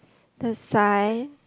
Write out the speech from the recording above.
the sign